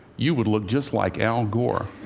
you would look just like al gore.